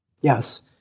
Yes